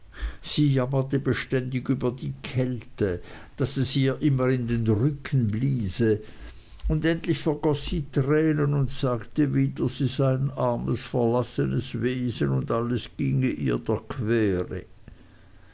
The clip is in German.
sie jammerte beständig über die kälte daß es ihr immer in den rücken bliese und endlich vergoß sie tränen und sagte wieder sie sei ein armes verlassenes wesen und alles ginge ihr der quere